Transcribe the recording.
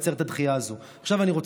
הדחייה הזאת, אני מתכוון.